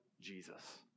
Jesus